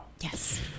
Yes